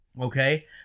okay